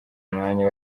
umwanya